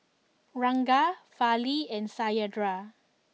Ranga Fali and Satyendra